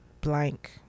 blank